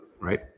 right